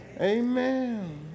Amen